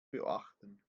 beachten